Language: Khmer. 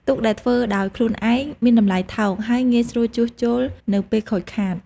ទូកដែលធ្វើដោយខ្លួនឯងមានតម្លៃថោក ហើយងាយស្រួលជួសជុលនៅពេលខូចខាត។